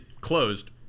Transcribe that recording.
closed